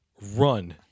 run